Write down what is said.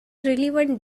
relevant